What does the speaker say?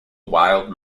wild